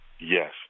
Yes